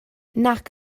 nac